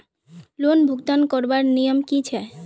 Loan भुगतान करवार नियम की छे?